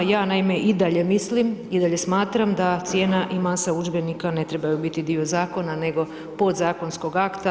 Ja naime i dalje mislim i dalje smatram da cijena i masa udžbenika ne trebaju biti dio zakona nego podzakonskog akta.